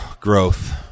Growth